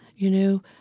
you know,